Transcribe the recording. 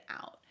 out